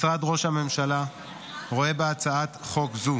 משרד ראש הממשלה רואה בהצעת חוק זו